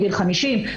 50,